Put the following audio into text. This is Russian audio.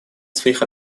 своих